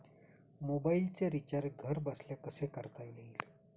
मोबाइलचे रिचार्ज घरबसल्या कसे करता येईल?